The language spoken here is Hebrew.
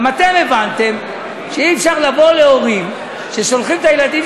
גם אתם הבנתם שאי-אפשר לבוא להורים ששולחים את הילדים